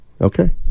Okay